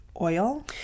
oil